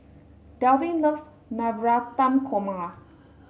Delvin loves Navratan Korma